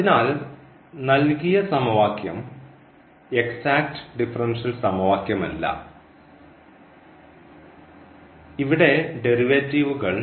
അതിനാൽ നൽകിയ സമവാക്യം എക്സാക്റ്റ് ഡിഫറൻഷ്യൽ സമവാക്യമല്ല ഇവിടെ ഡെറിവേറ്റീവുകൾ